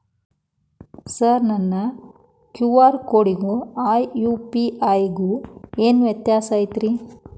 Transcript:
Sir ನನ್ನ QR ಕೊಡಿಗೂ ಆ ಯು.ಪಿ.ಐ ಗೂ ಏನ್ ವ್ಯತ್ಯಾಸ ಐತ್ರಿ?